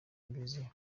mbiziho